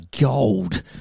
gold